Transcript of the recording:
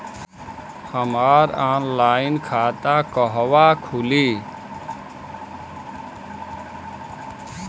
हमार ऑनलाइन खाता कहवा खुली?